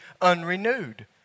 unrenewed